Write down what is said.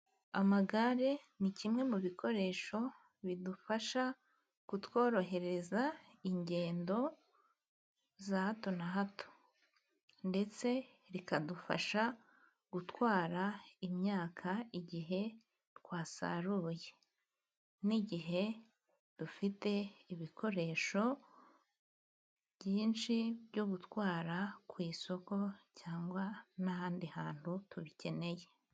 Amagare ni kimwe mu bikoresho bidufasha kutworohereza ingendo za hato na hato. Ndetse rikadufasha gutwara imyaka igihe twasaruye. N'igihe dufite ibikoresho byinshi byo gutwara ku isoko cyangwa n'ahandi hantu tubikeneye.